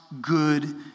good